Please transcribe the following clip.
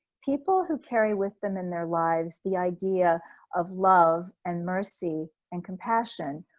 people who carry with them in their lives, the idea of love and mercy and compassion.